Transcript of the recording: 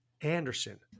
Anderson